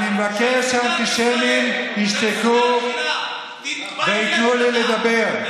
אני מבקש שהאנטישמים ישתקו וייתנו לי לדבר.